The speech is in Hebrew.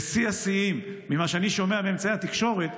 ושיא השיאים, ממה שאני שומע מאמצעי התקשורת,